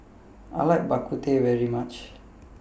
I like Bak Kut Teh very much